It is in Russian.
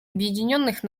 объединенных